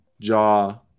Jaw